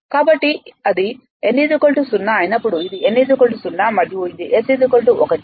కాబట్టి ఇది n 0 అయినప్పుడు ఇది n 0 మరియు ఇది S ఒకటి